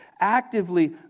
actively